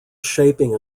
shaping